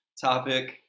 topic